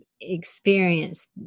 experience